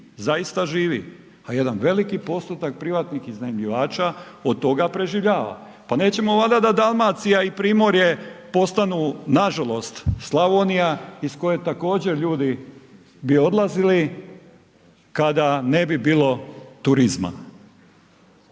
zaista živi a jedan veliki postotak privatnih iznajmljivača od toga preživljava. Pa nećemo valjda da Dalmacija i Primorje postanu nažalost Slavonija iz koje također ljudi bi odlazili kada ne bi bilo turizma